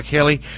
Kelly